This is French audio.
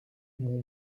mon